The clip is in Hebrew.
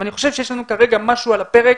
אבל אני חושב שיש לנו כרגע משהו על הפרק